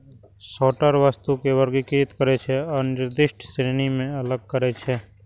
sorter वस्तु कें वर्गीकृत करै छै आ निर्दिष्ट श्रेणी मे अलग करै छै